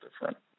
different